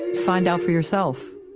find out for yourself.